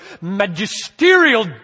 magisterial